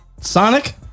Sonic